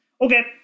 Okay